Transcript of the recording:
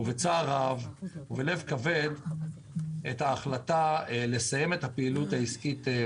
בצער רב ובלב כבד את ההחלטה לסיים את הפעילות העסקית,